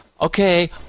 Okay